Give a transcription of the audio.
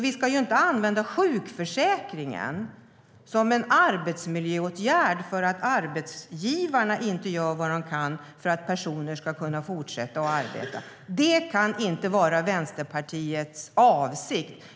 Vi ska ju inte använda sjukförsäkringen som en arbetsmiljöåtgärd för att arbetsgivarna inte gör vad de kan för att personer ska kunna fortsätta att arbeta. Det kan inte vara Vänsterpartiets avsikt.